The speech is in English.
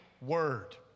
word